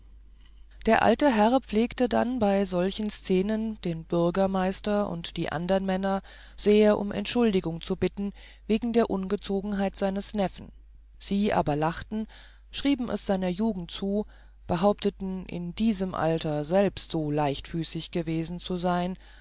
der alte herr pflegte dann bei solchen szenen den bürgermeister und die anderen männer sehr um entschuldigung zu bitten wegen der ungezogenheit seines neffen sie aber lachten schrieben es seiner jugend zu behaupteten in diesem alter selbst so leichtfüßig gewesen zu sein